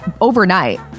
overnight